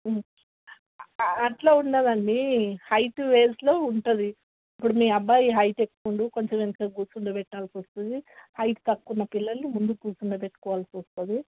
అట్లా ఉండదు అండి హైట్ వైస్లో ఉంటుంది ఇప్పుడు మీ అబ్బాయి హైట్ ఎక్కువ ఉండు కొంచెం వెనక కూర్చో పెట్టాల్సి వస్తుంది హైట్ తక్కువ ఉన్న పిల్లల్ని ముందు కుర్చోపెట్టుకోవాల్సి వస్తుంది